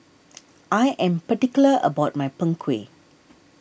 I am particular about my Png Kueh